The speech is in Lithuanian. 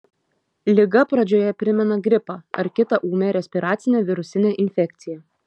liga pradžioje primena gripą ar kitą ūmią respiracinę virusinę infekciją